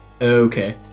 Okay